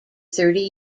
thirty